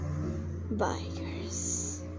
Bikers